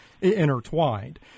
intertwined